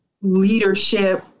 leadership